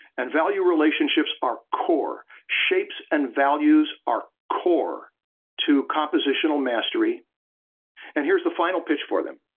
and value relationships are core. shapes and values are core to compositional mastery and here's the final pitch for them